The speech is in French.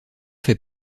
fait